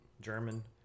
German